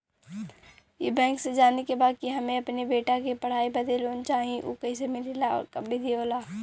ई बैंक से जाने के बा की हमे अपने बेटा के पढ़ाई बदे लोन चाही ऊ कैसे मिलेला और का विधि होला?